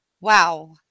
wow